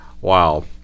wow